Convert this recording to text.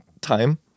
time